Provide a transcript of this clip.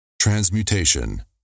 Transmutation